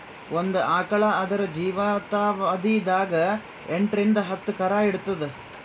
ಒಂದ್ ಆಕಳ್ ಆದ್ರ ಜೀವಿತಾವಧಿ ದಾಗ್ ಎಂಟರಿಂದ್ ಹತ್ತ್ ಕರಾ ಈತದ್